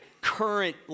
current